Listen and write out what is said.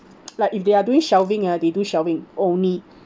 like if they're doing shelving ah they do shelving only